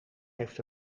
heeft